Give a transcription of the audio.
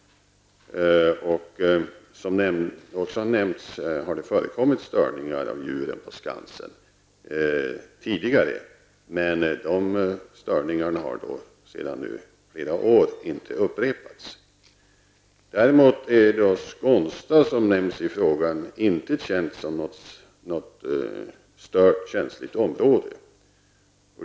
Som också har nämnts har det förekommit störningar av djuren på Skansen. Men dessa störningar har under senare år inte upprepats. Däremot är Skånsta, som nämnts i frågan, inte känt som något stört och känsligt område.